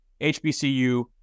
HBCU